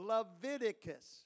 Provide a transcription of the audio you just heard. Leviticus